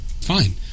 fine